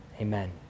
amen